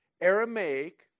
Aramaic